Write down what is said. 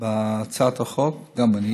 בהצעת החוק, גם אני